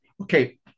Okay